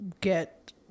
get